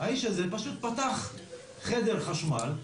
האיש הזה פשוט פתח חדר חשמל,